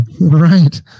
right